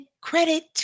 credit